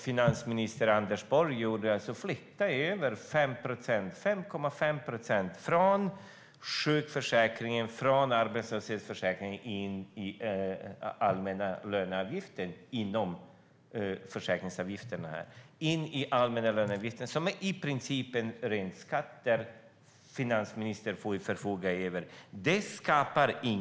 Finansminister Anders Borg flyttade över 5,5 procent av försäkringsavgifterna från sjukförsäkringen och arbetslöshetsförsäkringen in i den allmänna löneavgiften som i princip är en ren skatt som finansministern förfogar över.